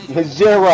Zero